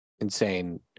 insane